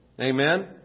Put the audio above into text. Amen